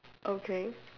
okay